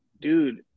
dude